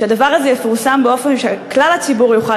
שהדבר הזה יפורסם באופן שכלל הציבור יוכל